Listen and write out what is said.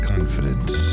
Confidence